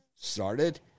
started